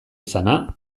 izana